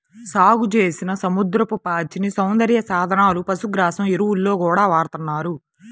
సాగుచేసిన సముద్రపు పాచిని సౌందర్య సాధనాలు, పశుగ్రాసం, ఎరువుల్లో గూడా వాడతన్నారు